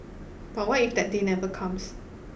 but what if that day never comes